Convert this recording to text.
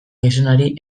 gizonari